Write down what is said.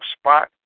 spot